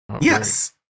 Yes